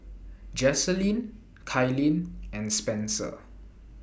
Jaslene Kailyn and Spencer